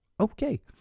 okay